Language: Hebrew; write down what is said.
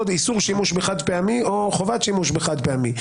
איסור שימוש בחד פעמי או חובת שימוש בחד פעמי,